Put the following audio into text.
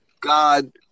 God